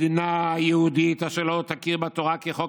מדינה יהודית אשר לא תכיר בתורה כחוק